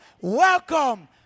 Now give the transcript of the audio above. Welcome